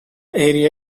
area